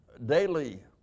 Daily